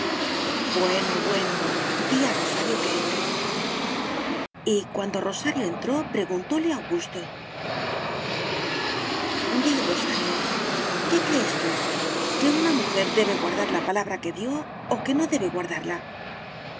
bueno bueno di a rosario que entre y cuando rosario entró preguntóle augusto di rosario qué crees tú que una mujer debe guardar la palabra que dio o que no debe guardarla